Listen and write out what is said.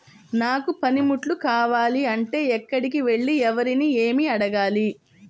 నాకు పనిముట్లు కావాలి అంటే ఎక్కడికి వెళ్లి ఎవరిని ఏమి అడగాలి?